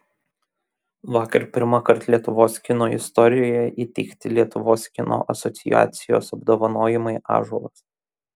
vakar pirmąkart lietuvos kino istorijoje įteikti lietuvos kino asociacijos apdovanojimai ąžuolas